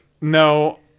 No